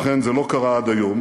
ובכן, זה לא קרה עד היום,